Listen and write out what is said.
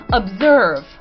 observe